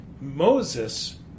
Moses